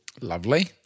Lovely